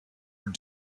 were